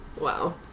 Wow